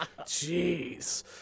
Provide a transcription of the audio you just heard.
Jeez